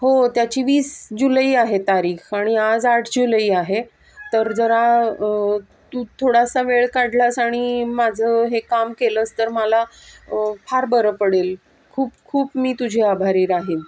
हो त्याची वीस जुलै आहे तारीख आणि आज आठ जुलै आहे तर जरा तू थोडासा वेळ काढलास आणि माझं हे काम केलंस तर मला फार बरं पडेल खूप खूप मी तुझी आभारी राहीन